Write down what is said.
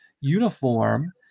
uniform